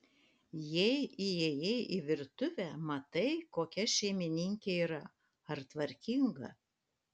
jei įėjai į virtuvę matai kokia šeimininkė yra ar tvarkinga